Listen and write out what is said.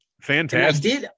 Fantastic